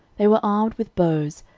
they were armed with bows,